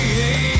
hey